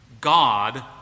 God